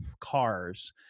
cars